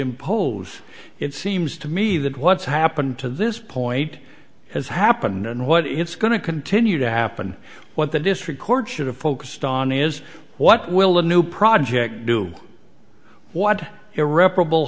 impose it seems to me that what's happened to this point has happened and what it's going to continue to happen what the district court should have focused on is what will the new project do what irreparable